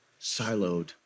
siloed